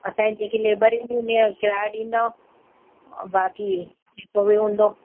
असांजी जेकी लेबर ईंदियूं उन जो किरायो ॾींदव और बाक़ी हे सभु हूंदो